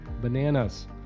bananas